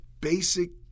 basic